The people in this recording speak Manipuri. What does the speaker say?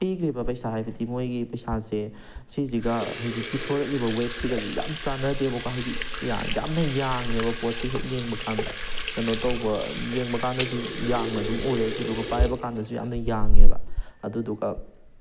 ꯄꯤꯈ꯭ꯔꯤꯕ ꯄꯩꯁꯥ ꯍꯥꯏꯕꯗꯤ ꯃꯣꯏꯒꯤ ꯄꯩꯁꯥꯁꯦ ꯁꯤꯁꯤꯒ ꯍꯥꯏꯗꯤ ꯄꯤꯊꯣꯔꯛꯏꯕ ꯋꯦꯠꯁꯤꯒꯁꯨ ꯌꯥꯝ ꯆꯥꯅꯗꯦꯕꯀꯣ ꯍꯥꯏꯕꯗꯤ ꯌꯥꯝꯅ ꯌꯥꯡꯉꯦꯕ ꯄꯣꯠꯁꯦ ꯍꯦꯛ ꯌꯦꯡꯕ ꯀꯥꯟꯗ ꯀꯩꯅꯣ ꯇꯧꯕ ꯌꯦꯡꯕ ꯀꯥꯟꯗꯁꯨ ꯌꯥꯡꯅ ꯑꯗꯨꯝ ꯎꯔꯦ ꯑꯗꯨꯗꯨꯒ ꯄꯥꯏꯕ ꯀꯥꯟꯗꯁꯨ ꯌꯥꯝꯅ ꯌꯥꯡꯌꯦꯕ ꯑꯗꯨꯗꯨꯒ